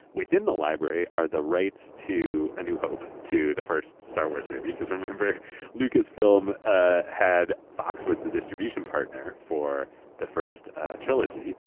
within the library are the rights to a new hope to the first star wars movie, because remember lucasfilm ah had fox as the distribution partner for the first trilogy.